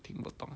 听不懂